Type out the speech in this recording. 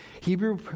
Hebrew